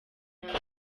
young